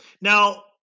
Now